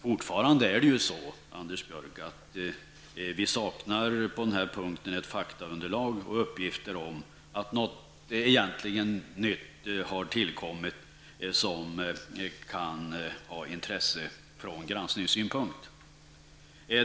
Fortfarande är det ju så, Anders Björck, att vi saknar på den här punkten ett faktaunderlag och uppgifter om att något egentligt nytt har tillkommit som kan ha intresse från granskningssynpunkt.